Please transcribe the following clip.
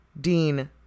Dean